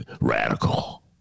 Radical